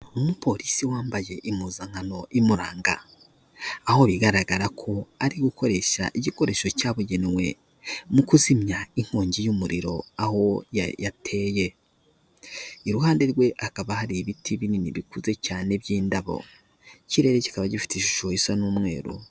Umupolisi wambaye impuzankano imuranda, aho bigaragara ko ari gukoresha igikoresho cyabugenewe mu kuzimya n'inkongi y'umuriro aho yateye. Iruhande rwe hakaba hari ibiti binini bikuze cyane by'indabo. Ikirere kikaba gifite ishusho isa n'umweru.